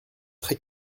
très